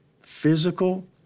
physical